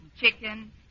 chicken